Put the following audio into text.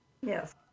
Yes